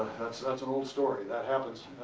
that's an old story. that happens.